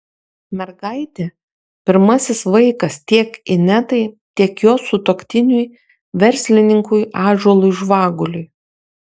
mergaitė pirmasis vaikas tiek inetai tiek jos sutuoktiniui verslininkui ąžuolui žvaguliui